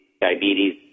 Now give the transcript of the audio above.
diabetes